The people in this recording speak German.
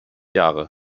jahre